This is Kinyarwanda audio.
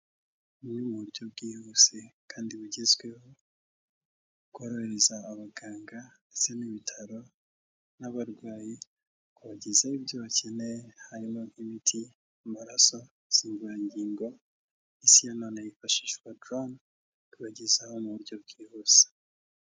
Bumwe mu buryo bwihuse kandi bugezweho korohereza abaganga ndetse n'ibitaro n'abarwayi kubagezaho ibyo bakeneye harimo nk'imiti, amaraso, insimburangingo isi ya none yifashishwa dorone kubagezaho mu buryo bwihuse.